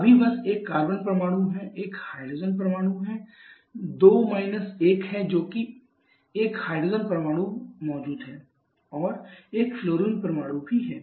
अभी बस एक कार्बन परमाणु है एक हाइड्रोजन परमाणु है 2 माइनस 1 है जो कि 1 हाइड्रोजन परमाणु मौजूद है और एक फ्लोरीन परमाणु भी है